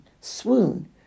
swoon